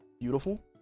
beautiful